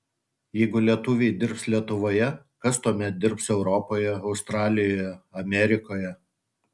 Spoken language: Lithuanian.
jeigu lietuviai dirbs lietuvoje kas tuomet dirbs europoje australijoje amerikoje